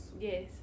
Yes